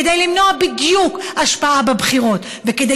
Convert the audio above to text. כדי למנוע בדיוק השפעה בבחירות וכדי